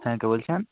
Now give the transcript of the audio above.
হ্যাঁ কে বলছেন